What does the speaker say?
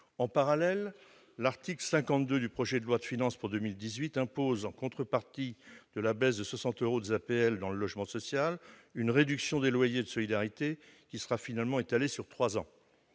En parallèle, l'article 52 du projet de loi de finances pour 2018 impose, en contrepartie de la baisse des APL de 60 euros dans le logement social, une réduction des loyers de solidarité, qui sera finalement étalée sur trois ans.